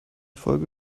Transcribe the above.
folge